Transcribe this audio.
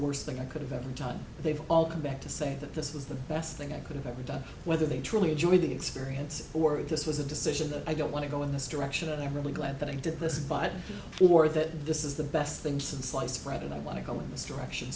worst thing i could have ever done they've all come back to say that this is the best thing i could've ever done whether they truly enjoyed the experience or if this was a decision that i don't want to go in this direction and i'm really glad that i did this but for that this is the best thing since sliced bread and i want to go in this direction